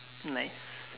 nice